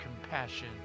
compassion